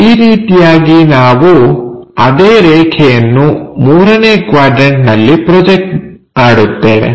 ಈ ರೀತಿಯಾಗಿ ನಾವು ಅದೇ ರೇಖೆಯನ್ನು ಮೂರನೇ ಕ್ವಾಡ್ರನ್ಟನಲ್ಲಿ ಪ್ರೊಜೆಕ್ಟ್ ಮಾಡುತ್ತೇವೆ